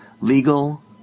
legal